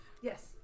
Yes